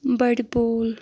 بَڑِ بوٗل